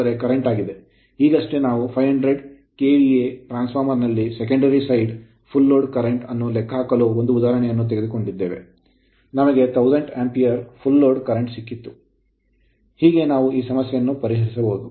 ಈಗಷ್ಟೇ ನಾವು 500 KVA transformer ರಲ್ಲಿ secondary side ದ್ವಿತೀಯ ಭಾಗದಲ್ಲಿ full load current ಪೂರ್ಣ ಲೋಡ್ ಕರೆಂಟ್ ಅನ್ನು ಲೆಕ್ಕಹಾಕಲು ಒಂದು ಉದಾಹರಣೆಯನ್ನು ತೆಗೆದುಕೊಂಡಿದ್ದೇವೆ ನಮಗೆ 1000 ಆಂಪಿಯರ್ ಪೂರ್ಣ ಲೋಡ್ ಕರೆಂಟ್ ಸಿಕ್ಕಿತು ಹೀಗೆ ನಾವು ಈ ಸಮಸ್ಯೆಯನ್ನು ಪರಿಹರಿಸಿದ್ದೇವೆ